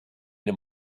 him